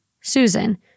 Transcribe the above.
Susan